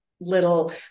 Little